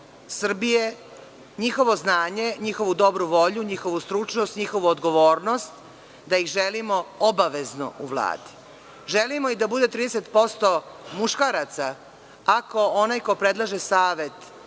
Srbije, njihovo znanje, njihovu dobru volju, njihovu stručnost, njihovu odgovornost, da ih želimo obavezno u Vladi. Želimo da bude i 30% muškaraca, ako onaj ko predlaže savet